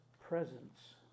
presence